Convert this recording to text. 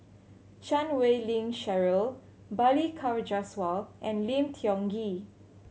Chan Wei Ling Cheryl Balli Kaur Jaswal and Lim Tiong Ghee